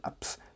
apps